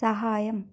సహాయం